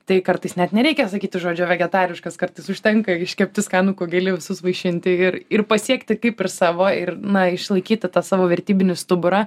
tai kartais net nereikia sakyti žodžio vegetariškas kartais užtenka iškepti skanų kugelį visus vaišinti ir ir pasiekti kaip ir savo ir na išlaikyti tą savo vertybinį stuburą